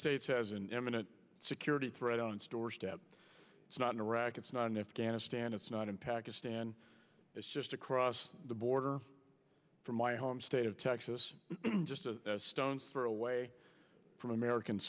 has an eminent security threat on store step it's not in iraq it's not in afghanistan it's not in pakistan it's just across the border from my home state of texas just a stone's throw away from american